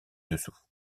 dessous